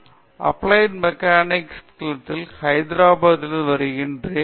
நான் applied mechanics திணைக்களத்தில் ஹைதராபாத்திலிருந்து வருகிறேன்